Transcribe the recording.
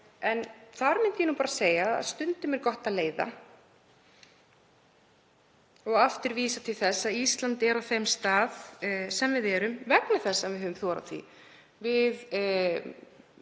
en þar myndi ég nú bara segja að stundum er gott að leiða og vísa til þess að Ísland er á þeim stað sem það er vegna þess að við höfum þorað því.